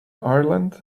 ireland